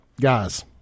guys